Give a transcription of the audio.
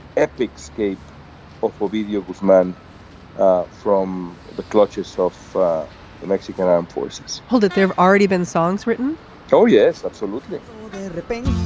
epic scape of war media whose men ah from the clutches so of the mexican armed forces hold it they've already been songs written oh yes absolutely oh they're ripping